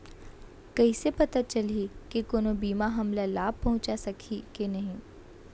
कइसे पता चलही के कोनो बीमा हमला लाभ पहूँचा सकही के नही